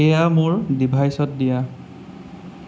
এয়া মোৰ ডিভাইচত দিয়া